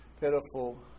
pitiful